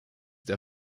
der